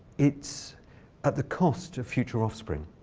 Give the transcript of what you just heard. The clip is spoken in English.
it's at the cost of future offspring.